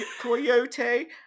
coyote